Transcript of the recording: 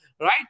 right